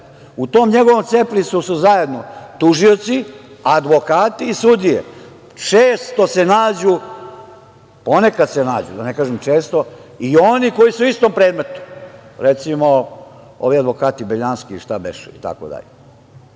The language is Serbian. tom njegovom CEPRIS-u su zajedno tužioci, advokati i sudije. Često se nađu… Ponekad se nađu, da ne kažem često, i oni koji su u istom predmetu. Recimo, ovi advokati Beljanski itd.